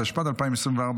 התשפ"ד 2024,